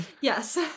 Yes